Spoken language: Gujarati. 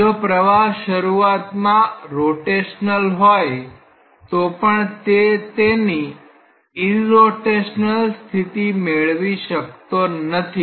જો પ્રવાહ શરૂઆતમાં રોટેશનલ હોય તો પણ તે તેની ઈરરોટેશનલ સ્થિતિ મેળવી શકતો નથી